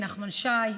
נחמן שי,